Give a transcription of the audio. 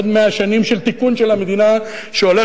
עוד מאה שנים של תיקון של המדינה שהולכת